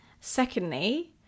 secondly